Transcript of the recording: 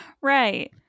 Right